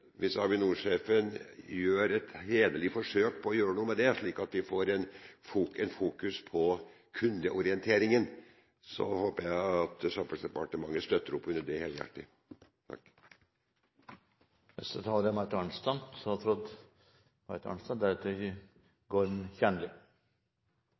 Hvis Avinor-sjefen gjør et hederlig forsøk på å gjøre noe med det, slik at vi får en fokusering på kundeorienteringen, håper jeg at Samferdselsdepartementet støtter helhjertet opp under det. Jeg deler interpellantens holdning til at dette er